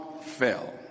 fell